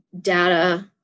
data